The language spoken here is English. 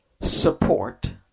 support